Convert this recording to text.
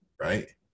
right